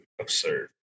absurd